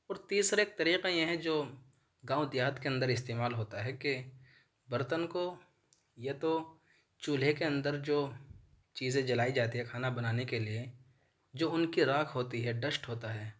اور تیسرا ایک طریقہ یہ ہیں جو گاؤں دیہات كے اندر استعمال ہوتا ہے کہ برتن کو یا تو چولہے کے اندر جو چیزیں جلائی جاتی ہیں کھانا بنانے کے لیے جو ان کی راکھ ہوتی ہے ڈشٹ ہوتا ہے